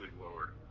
lower